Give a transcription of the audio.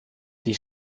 die